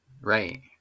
Right